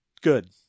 good